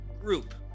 group